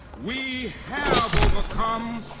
we have overcome!